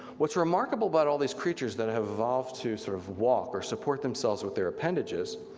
what's remarkable about all these creatures that have evolved to sort of walk or support themselves with their appendages,